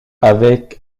avec